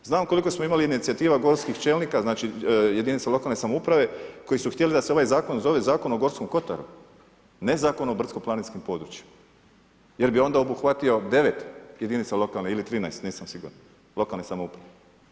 Znam koliko smo imali inicijativa gorskih čelnika, jedinica lokalne samouprave, koji su htjeli da se ovaj zakon zove Zakon o Gorskom kotaru, ne Zakon o brdsko planinskim područjima, jer bi onda obuhvatio 9 jedinica lokalne, ili 13 nisam siguran, lokalne samouprave.